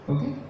Okay